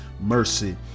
mercy